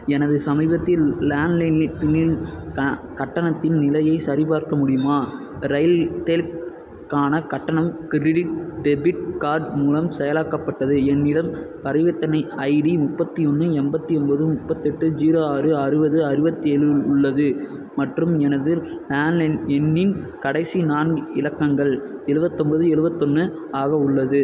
எனது சமீபத்திய landline bill க கட்டணத்தின் நிலையைச் சரிபார்க்க முடியுமா ரெயில்டெல்லுக்கான கட்டணம் கிரெடிட் டெபிட் கார்ட் மூலம் செயலாக்கப்பட்டது என்னிடம் பரிவர்த்தனை ஐடி முப்பத்து ஒன்று எண்பத்தி ஒம்பது முப்பத்தெட்டு ஜீரோ ஆறு அறுபது அறுவத்தேழு உ உள்ளது மற்றும் எனது லேண்ட் லைன் எண்ணின் கடைசி நான்கு இலக்கங்கள் எலுவத்தொம்பது எழுவத்தொன்னு ஆக உள்ளது